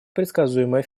предсказуемое